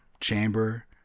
chamber